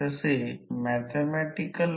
तर सर्वसाधारणपणे मी येथे ते बनवित आहे